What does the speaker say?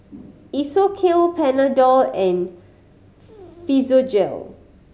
Isocal Panadol and Physiogel